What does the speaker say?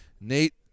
Nate